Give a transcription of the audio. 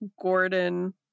Gordon